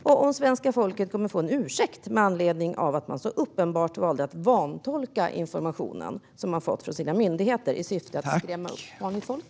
Och kommer svenska folket att få en ursäkt med anledning av att man så uppenbart valde att vantolka den information man fått från sina myndigheter i syfte att skrämma upp vanligt folk?